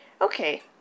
Okay